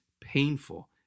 painful